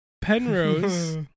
Penrose